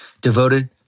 devoted